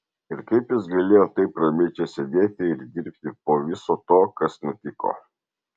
ir kaip jis galėjo taip ramiai čia sėdėti ir dirbti po viso to kas nutiko